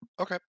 okay